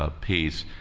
ah piece.